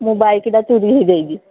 ମୁଁ ବାଇକ୍ଟା ଚୋରି ହେଇଯାଇଛି